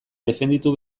defenditu